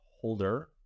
holder